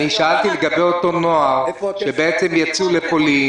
שאלתי על בני הנוער שהיו אמורים לצאת לפולין